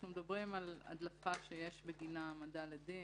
אנחנו מדברים על הדלפה שיש בגינה העמדה לדין.